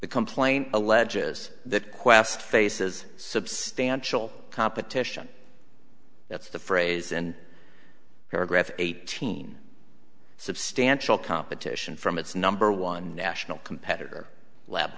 complaint alleges that qwest faces substantial competition that's the phrase in paragraph eighteen substantial competition from its number one national competitor lab